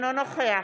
אינו נוכח